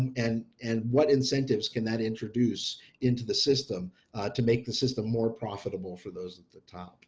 and and what incentives can that introduce into the system to make the system more profitable for those at the top